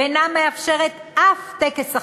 ואינה מאפשרת אף טקס אחר,